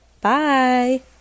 Bye